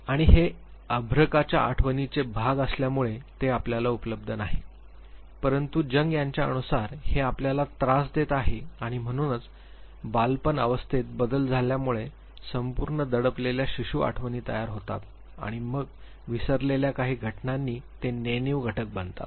आणि हे अर्भकाच्या आठवणींचे भाग असल्यामुळे ते आपल्याला उपलब्ध नाही परंतु जंग यांच्या अनुसार हे आपल्याला त्रास देत आहे आणि म्हणूनच बालपण अवस्थेत बदल झाल्यामुळे संपूर्ण दडपलेल्या शिशु आठवणी तयार होतात आणि मग विसरलेल्या काही घटनांनी ते नेणीव घटक बनतात